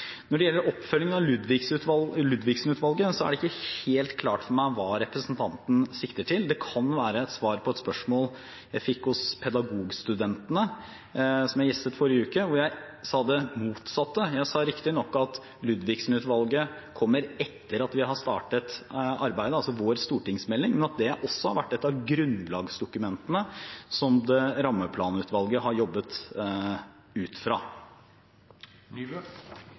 Når det gjelder oppfølging av Ludvigsen-utvalget, er det ikke helt klart for meg hva representanten sikter til. Det kan være et svar på et spørsmål jeg fikk hos Pedagogstudentene, som jeg gjestet forrige uke, hvor jeg sa det motsatte. Jeg sa riktignok at Ludvigsen-utvalget kommer etter at vi har startet arbeidet med vår stortingsmelding, men at det også har vært et av grunnlagsdokumentene som rammeplanutvalget har jobbet ut fra.